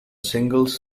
singles